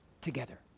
together